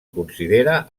considera